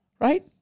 Right